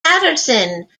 paterson